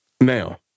now